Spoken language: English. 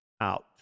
out